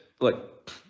look